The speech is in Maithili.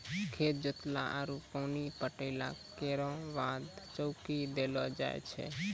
खेत जोतला आरु पानी पटैला केरो बाद चौकी देलो जाय छै?